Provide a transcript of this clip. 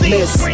Miss